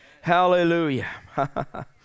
hallelujah